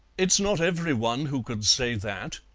it's not every one who could say that.